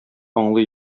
аңлый